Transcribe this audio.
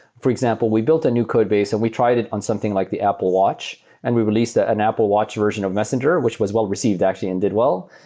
for example, we built a new codebase and we tried it on something like the apple watch and we released an apple watch version of messenger, which was well received actually and did well.